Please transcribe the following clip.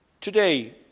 today